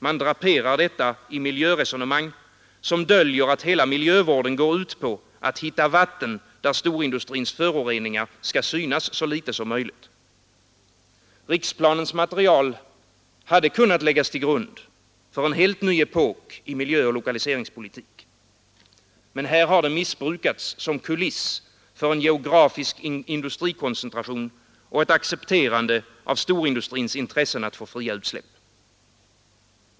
Man draperar detta i miljöresonemang, som döljer att hela miljövården går ut på att hitta vatten där storindustrins föroreningar skall synas så litet som möjligt. Riksplanens material hade kunnat läggas till grund för en helt ny epok i miljöoch lokaliseringspolitik. Men här har den missbrukats som kuliss för en geografisk industrikoncentration och ett accepterande av storindustrins intressen att få fria utsläpp.